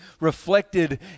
reflected